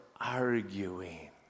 arguing